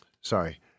sorry